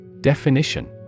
Definition